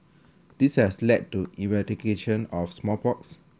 this has led to eradication of small box